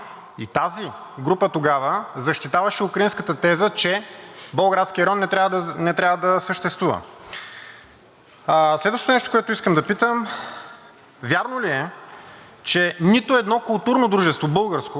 Следващото нещо, което искам да питам: вярно ли е, че нито едно културно дружество – българско, нито едно не е подкрепило тази подписка и в него има само имена на граждани без нито една българска организация?